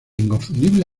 inconfundible